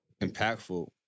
impactful